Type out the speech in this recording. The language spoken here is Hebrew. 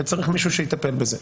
וצריך מישהו שיטפל בזה.